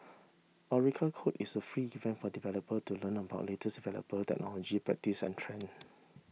Oracle Code is a free event for developer to learn about latest developer technologies practices and trend